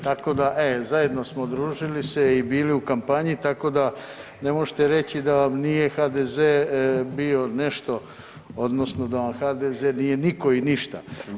tako da, e, zajedno smo družili se i bili u kampanji, tako da ne možete reći da vam nije HDZ bio nešto odnosno da vam HDZ nije niko i ništa.